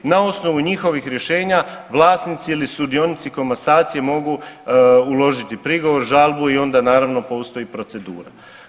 Na osnovu njihovih rješenja vlasnici ili sudionici komasacije mogu uložiti prigovor, žalbu i onda naravno postoji procedura.